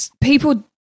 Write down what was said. People